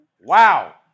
Wow